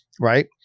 right